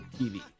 TV